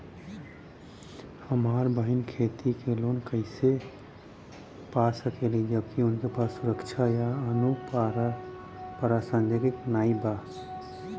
हमार बहिन खेती के लोन कईसे पा सकेली जबकि उनके पास सुरक्षा या अनुपरसांगिक नाई बा?